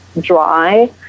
dry